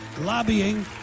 lobbying